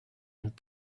and